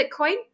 bitcoin